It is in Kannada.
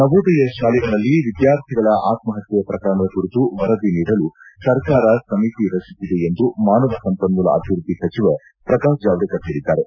ನವೋದಯ ಶಾಲೆಗಳಲ್ಲಿ ವಿದ್ವಾರ್ಥಿಗಳ ಆತ್ಮಫಕ್ಕ ಪ್ರಕರಣದ ಕುರಿತು ವರದಿ ನೀಡಲು ಸರ್ಕಾರ ಸಮಿತಿ ರಚಿಸಿದೆ ಎಂದು ಮಾನವ ಸಂಪನ್ಮೂಲ ಅಭಿವೃದ್ಧಿ ಸಚಿವ ಪ್ರಕಾಶ್ ಜಾನ್ದೇಕರ್ ಹೇಳಿದ್ದಾರೆ